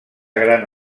gran